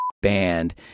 band